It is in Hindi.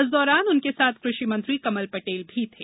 इस दौरान उनके साथ कृषि मंत्री कमल पटेल भी थे